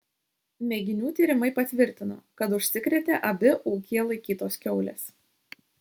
mėginių tyrimai patvirtino kad užsikrėtė abi ūkyje laikytos kiaulės